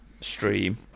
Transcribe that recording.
Stream